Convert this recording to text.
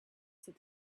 said